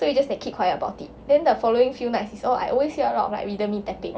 so we just keep quiet about it then the following few nights is all I always hear a lot of like rhymthmic tapping